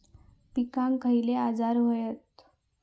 पिकांक खयले आजार व्हतत?